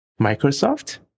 Microsoft